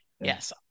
Yes